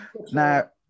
Now